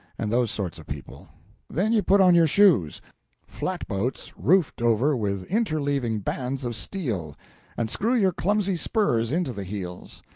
and those sorts of people then you put on your shoes flat-boats roofed over with interleaving bands of steel and screw your clumsy spurs into the heels.